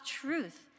truth